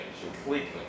completely